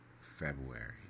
February